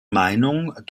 meinung